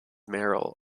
merrill